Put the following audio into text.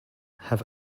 have